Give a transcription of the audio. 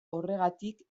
horregatik